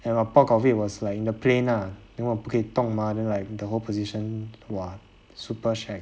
and a block of it was like in the plane ah then 我不可以动 mah then like the whole position !wah! super shag